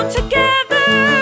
together